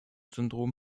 syndrom